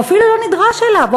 הוא אפילו לא נדרש אליו,